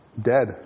dead